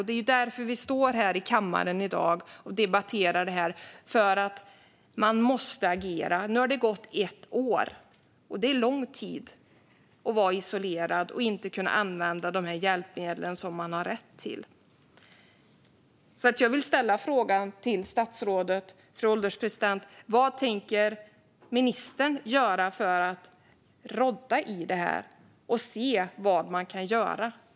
Det är ju därför vi står här i kammaren i dag och debatterar detta. Man måste agera. Nu har det gått ett år. Det är lång tid för en person att vara isolerad och inte kunna använda de hjälpmedel som personen har rätt till. Fru ålderspresident! Jag vill fråga statsrådet: Vad tänker ministern göra för att rådda i det här och se vad man kan göra?